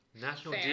National